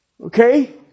Okay